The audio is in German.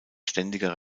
ständiger